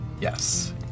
Yes